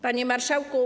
Panie Marszałku!